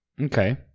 okay